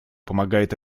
помогает